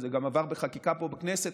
זה גם עבר בחקיקה פה בכנסת,